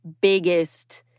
biggest